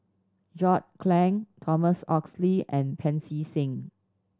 John Clang Thomas Oxley and Pancy Seng